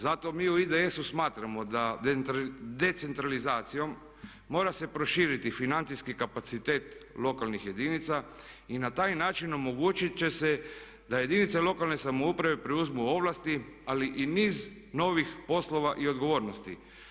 Zato mi u IDS-u smatramo da decentralizacijom mora se proširiti financijski kapacitet lokalnih jedinica i na taj način omogućit će se da jedinice lokalne samouprave preuzmu ovlasti ali i niz novih poslova i odgovornosti.